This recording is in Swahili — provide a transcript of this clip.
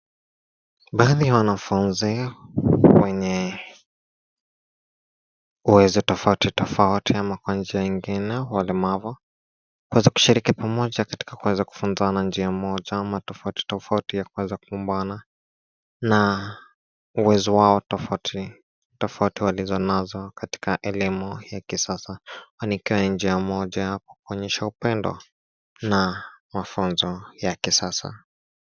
Baadhi ya wanafunzi wenye uwezo tofauti tofauti ama kwa njia ingine walemavu kuweza kushiriki pamoja katika kufunzana na uwezo wao tofauti tofauti walizonazo katika elimu ya kisasa ni kama njia moja ya kuonyesha upendo na mafunzo ya kisasa.